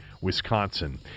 Wisconsin